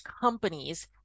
companies